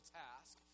task